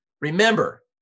Remember